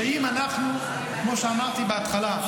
כמו שאמרתי בהתחלה,